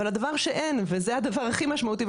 אבל הדבר הכי משמעותי שאין אותו,